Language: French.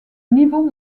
niveau